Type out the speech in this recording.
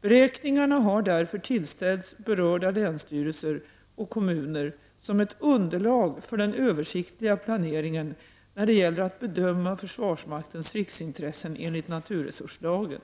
Beräkningarna har därför tillställts berörda länsstyrelser och kommuner som ett underlag för den översiktliga planeringen när det gäller att bedöma försvarsmaktens riksintressen enligt naturresurslagen.